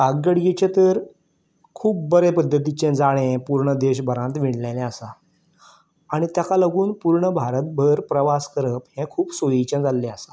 आगगाडयेचें तर खूब बरे पद्दतीचें जाळें पूर्ण देश भरांत विणलेलें आसा आनी ताका लागून पूर्ण भारत भर प्रवास करप हें खूब सोयीचें जाल्लें आसा